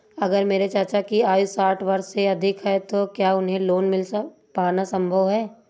अगर मेरे चाचा की आयु साठ वर्ष से अधिक है तो क्या उन्हें लोन मिल पाना संभव है?